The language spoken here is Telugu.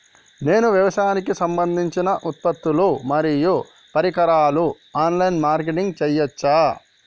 నేను వ్యవసాయానికి సంబంధించిన ఉత్పత్తులు మరియు పరికరాలు ఆన్ లైన్ మార్కెటింగ్ చేయచ్చా?